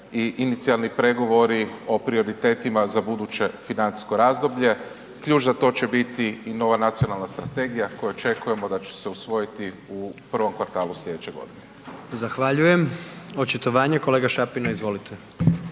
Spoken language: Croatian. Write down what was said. inicijalni pregovori o prioritetima za buduće financijsko razdoblje. Ključ za to će biti i nova nacionalna strategija koju očekujemo da će se usvojiti u prvom kvartalu sljedeće godine. **Jandroković, Gordan (HDZ)** Zahvaljujem. Očitovanje, kolega Šapina, izvolite.